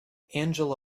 angela